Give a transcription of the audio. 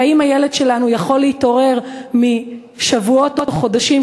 והאם הילד שלנו יכול להתעורר משבועות או חודשים